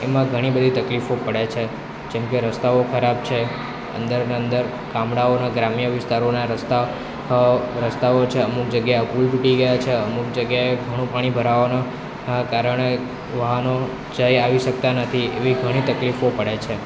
એમાં ઘણી બધી તકલીફો પડે છે જેમકે રસ્તાઓ ખરાબ છે અંદર ને અંદર ગામડાઓને ગ્રામ્ય વિસ્તારોના રસ્તા રસ્તાઓ છે અમુક જગ્યા પુલ તૂટી ગયા છે અમુક જગ્યાએ ઘણું પાણી ભરાવાનાં કારણે વાહનો જઈ આવી શકતા નથી એવી ઘણી તકલીફો પડે છે